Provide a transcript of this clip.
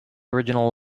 original